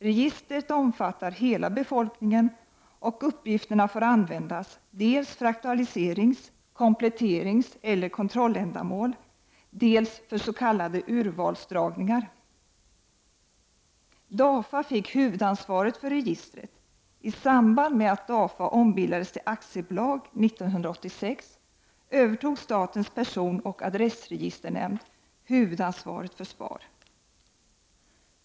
Registret omfattar hela befolkningen och uppgifterna får användas dels för aktualiserings-, kompletteringseller kontrolländamål, dels för s.k. urvalsdragningar. DAFA fick huvudansvaret för registret. I samband med att DAFA ombildades till aktiebolag 1986 övertog statens personoch adressregisternämnd huvudansvaret för SPAR.